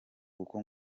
kuko